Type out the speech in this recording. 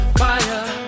fire